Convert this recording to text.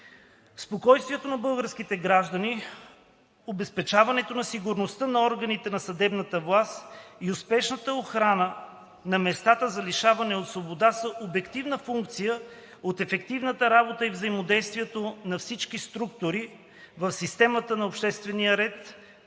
Спокойствието на българските граждани, обезпечаването на сигурността на органите на съдебната власт и успешната охрана на местата за лишаване от свобода са обективна функция от ефективната работа и взаимодействието на всички структури в системата на обществения ред,